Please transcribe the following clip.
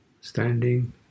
standing